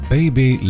Baby